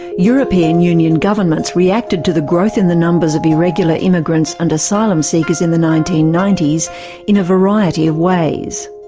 european union governments reacted to the growth in the numbers of irregular immigrants and asylum seekers in the nineteen ninety s in a variety of ways.